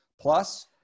Plus